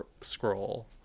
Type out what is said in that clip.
scroll